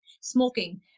Smoking